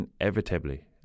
inevitably